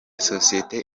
sosiyete